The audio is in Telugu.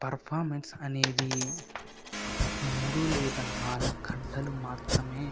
పర్ఫామెన్స్ అనేది మూడు లేదా నాలుగు గంటలు మాత్రమే